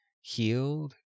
healed